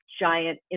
giant